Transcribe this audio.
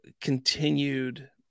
continued